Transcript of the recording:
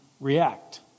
react